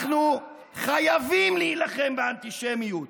אנחנו חייבים להילחם באנטישמיות